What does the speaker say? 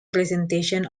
presentation